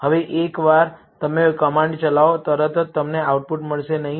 હવે એકવાર તમે કમાન્ડ ચલાવો તરત જ તમને આઉટપુટ મળશે નહીં